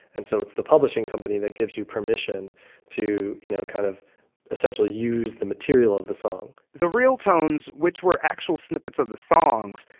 and so it's the publishing company that gives you permission to you know kind of essentially use the material of the song the real tones, which were actual snippets of the songs,